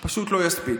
פשוט לא יספיק.